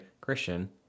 christian